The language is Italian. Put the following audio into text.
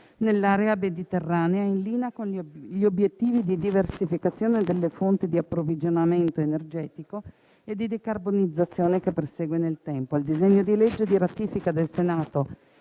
nell'area mediterranea, in linea con gli obiettivi di diversificazione delle fonti di approvvigionamento energetico e di decarbonizzazione che persegue nel tempo. Il disegno di legge di ratifica del Senato